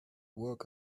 work